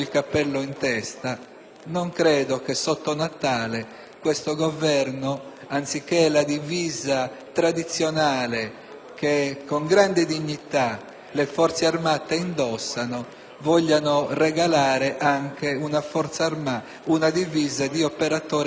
Non credo che sotto Natale questo Governo, anziché la divisa tradizionale che con grande dignità le Forze armate indossano, voglia regalare loro una divisa di operatore ecologico.